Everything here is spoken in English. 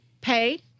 pay